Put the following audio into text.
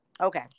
Okay